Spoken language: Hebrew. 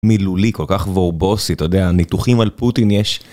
מילולי כל כך וורבוסית, אתה יודע ניתוחים על פוטין יש.